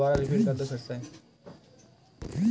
mobile और laptop खरीदने के लिए व्यक्तिगत कर्ज ले सकते है